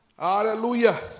Hallelujah